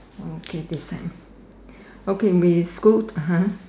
okay this side okay we Scoot ha